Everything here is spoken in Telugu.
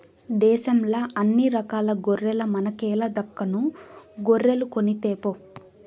దేశంల అన్ని రకాల గొర్రెల మనకేల దక్కను గొర్రెలు కొనితేపో